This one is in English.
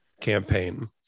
campaign